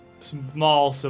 small